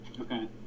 Okay